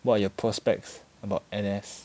what are your prospects about N_S